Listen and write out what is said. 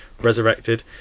resurrected